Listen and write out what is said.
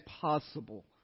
possible